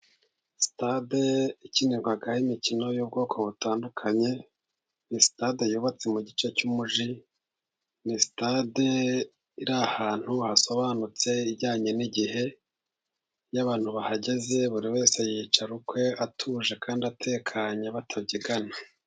Sitade ikinirwaho imikino y'ubwoko butandukanye, ni sitade yubatse mu gice cy'umujyi ni sitade iri ahantu hasobanutse ijyanye n'igihe, iyo abantu bahageze buri wese yicara ukwe atuje kandi atekanye batabyigana.